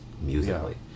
Musically